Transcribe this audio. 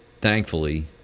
thankfully